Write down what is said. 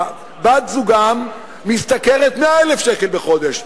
בת-זוגם משתכרת 100,000 שקל בחודש.